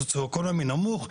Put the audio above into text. סוציואקונומי נמוך,